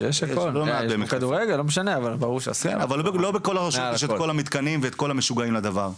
לא בכל הרשויות יש את כל המתקנים ואת כל המשוגעים לדבר.